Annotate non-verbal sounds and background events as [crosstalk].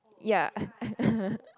ya [laughs]